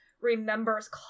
remembers